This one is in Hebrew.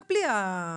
רק בלי הקנס.